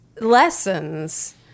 lessons